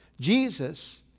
Jesus